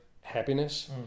happiness